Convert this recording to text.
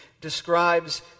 describes